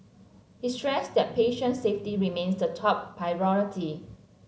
he stressed that patient safety remains the top priority